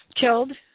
killed